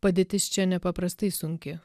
padėtis čia nepaprastai sunki